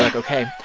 like ok.